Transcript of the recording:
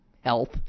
health